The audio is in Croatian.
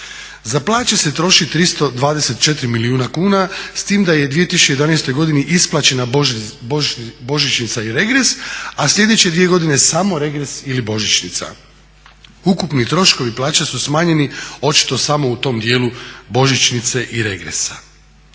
Za plaće se troši 324 milijuna kuna, s tim da je u 2011. godini isplaćena božićnica i regres, a sljedeće dvije godine samo regres ili božićnica. Ukupni troškovi plaća su smanjeni očito samo u tom dijelu božićnice i regresa.